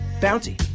Bounty